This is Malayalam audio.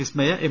വിസ്മയ എം